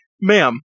Ma'am